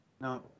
No